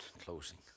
closing